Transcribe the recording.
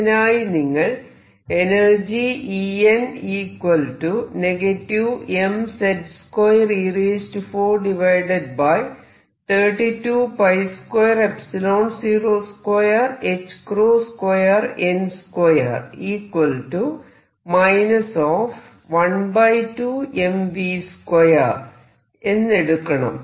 ഇതിനായി നിങ്ങൾ എനർജി എടുക്കണം